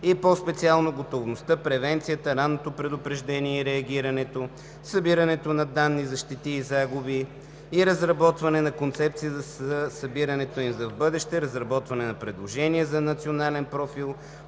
и по специално готовността, превенцията, ранното предупреждение и реагирането, събиране на исторически данни за щети и загуби и разработване на концепция за събирането им в бъдеще, разработване на предложение за Национален профил